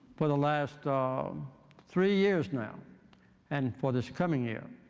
for the last um three years now and for this coming year,